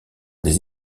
des